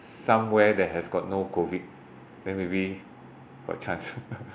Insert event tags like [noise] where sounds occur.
somewhere that has got no COVID then maybe got chance [laughs]